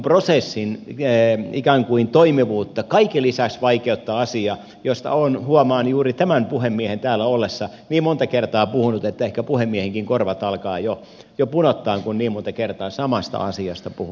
tämän generaatioprosessin ikään kuin toimivuutta kaiken lisäksi vaikeuttaa asia josta olen huomaan juuri tämän puhemiehen täällä ollessa niin monta kertaa puhunut että ehkä puhemiehenkin korvat alkavat jo punottaa kun niin monta kertaa samasta asiasta puhun